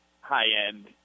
high-end